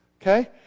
okay